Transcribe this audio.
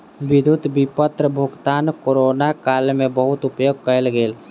विद्युत विपत्र भुगतान कोरोना काल में बहुत उपयोग कयल गेल